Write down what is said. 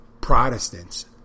Protestants